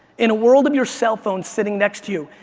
in a world of your cellphones sitting next to you,